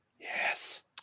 Yes